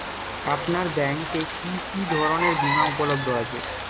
আপনার ব্যাঙ্ক এ কি কি ধরনের বিমা উপলব্ধ আছে?